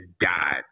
died